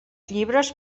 llibres